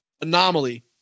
anomaly